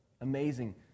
amazing